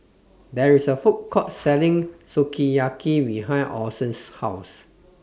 There IS A Food Court Selling Sukiyaki behind Orson's House